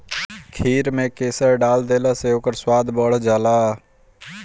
खीर में केसर डाल देहला से ओकर स्वाद बढ़ जाला